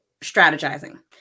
strategizing